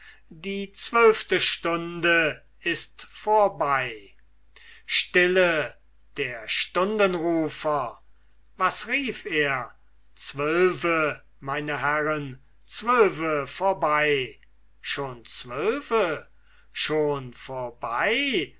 die zwölfte stunde ist vorbei stille der stundenrufer was rief er zwölfe meine herren zwölfe vorbei schon zwölfe schon vorbei